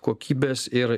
kokybės ir